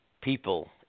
people